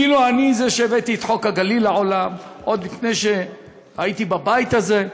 כאילו אני זה שהבאתי את חוק הגליל לעולם עוד לפני שהייתי בבית הזה.